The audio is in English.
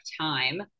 time